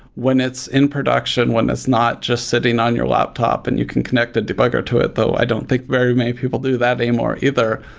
when it's in production, when it's not just sitting on your laptop and you can connect a debugger to it, though i don't think very many people do that anymore either.